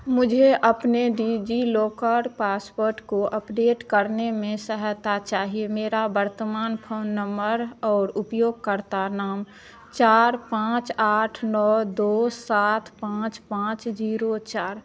मुझे अपने डिज़िलॉकर पासवर्ड को अपडेट करने में सहायता चाहिए मेरा वर्तमान फ़ोन नम्बर और उपयोगकर्ता नाम चार पाँच आठ नौ दो सात पाँच पाँच ज़ीरो चार और शिवानी एक नौ नौ ज़ीरो है मैं यह कैसे करूँ